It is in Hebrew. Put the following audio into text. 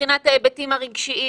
מבחינת ההיבטים הרגשיים.